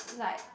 like